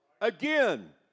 Again